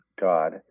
God